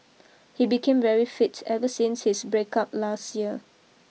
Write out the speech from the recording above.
he became very fit ever since his break up last year